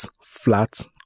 flat